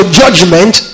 judgment